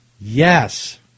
Yes